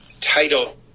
title